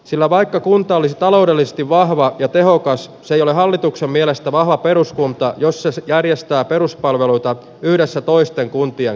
sillä vaikka kunta olisi taloudellisesti vahva ja tehokas ei ole hallituksen mielestä vahva peruskuntoa jossa se järjestää peruspalveluita yhdessä toisten kuntia